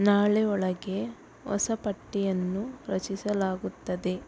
ನಾಳೆ ಒಳಗೆ ಹೊಸ ಪಟ್ಟಿಯನ್ನು ರಚಿಸಲಾಗುತ್ತದೆ